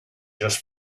just